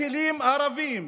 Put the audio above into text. בכלים הרבים,